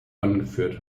angeführt